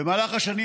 במהלך השנים,